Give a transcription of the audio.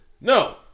No